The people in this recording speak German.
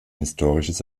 historisches